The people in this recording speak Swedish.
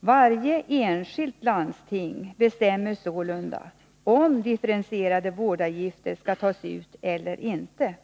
Varje enskilt landsting bestämmer sålunda om differentierade vårdavgifter skall tas ut eller ej.